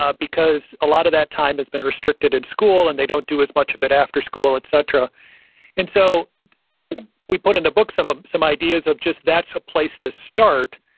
ah because a lot of that time has been restricted in school, and they don't do as much of it after school, et cetera and so we put in the book some ah some ideas of just that's a place to start,